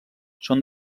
són